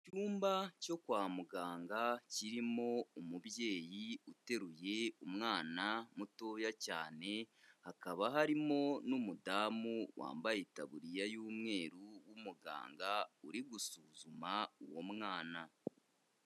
Icyumba cyo kwa muganga kirimo umubyeyi uteruye umwana mutoya cyane, hakaba harimo n'umudamu wambaye itaburiya y'umweru w'umuganga uri gusuzuma uwo mwana.